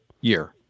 year